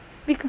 because